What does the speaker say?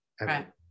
Right